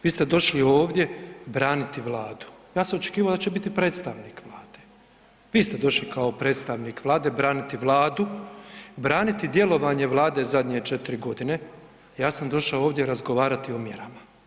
Vi ste došli ovdje braniti Vladu, ja sam očekivao da će biti predstavnik Vlade, vi ste došli kao predstavnik Vlade, braniti Vladu, braniti djelovanje Vlade zadnje 4 godine, a ja sam došao ovdje razgovarati o mjerama.